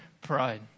pride